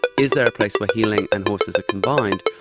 is there a place where healing and horses are combined?